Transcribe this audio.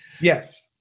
Yes